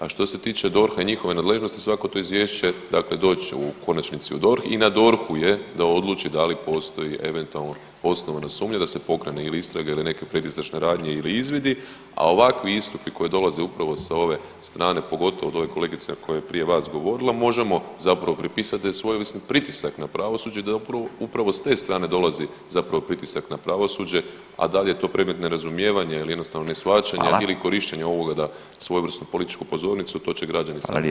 A što se tiče DORH-a i njihove nadležnosti svako to izvješće dakle doći će u konačnici u DORH i na DORH-u je da odluči da li postoji eventualno osnovane sumnje da se pokrene ili istraga ili neke predistražne radnje ili izvidi, a ovakvi istupi koji dolaze upravo sa ove strane pogotovo od ove kolegice koja je prije vas govorila možemo zapravo pripisat da je svojevrsni pritisak na pravosuđe i da je upravo s te strane dolazi zapravo pritisak na pravosuđe, a dal je to predmet nerazumijevanja ili jednostavno neshvaćanja ili korištenja ovoga da svojevrsnu političku pozornicu to će građani sami prosuditi.